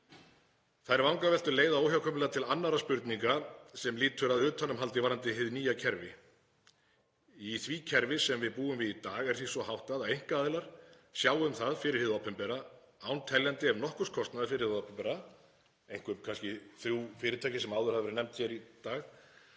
Þær vangaveltur leiða óhjákvæmilega til annarra spurninga sem lúta að utanumhaldi varðandi hið nýja kerfi. Í því kerfi sem við búum við í dag er því svo háttað að einkaaðilar sjá um það fyrir hið opinbera án teljandi ef nokkurs kostnaður fyrir hið opinbera, einhver kannski þrjú fyrirtæki sem áður hafa verið nefnd hér í dag.